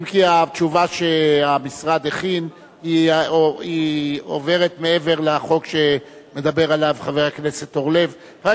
אם כי התשובה שהמשרד הכין עוברת מעבר לחוק שחבר הכנסת אורלב מדבר עליו.